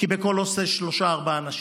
כי בכל הוסטל יש שלושה-ארבעה אנשים,